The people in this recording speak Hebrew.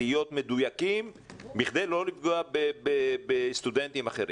להיות מדויקים כדי לא לפגוע בסטודנטים אחרים.